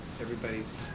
Everybody's